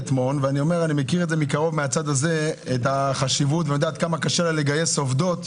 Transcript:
אני יודע כמה קשה לאשתי לגייס עובדות